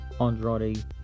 Andrade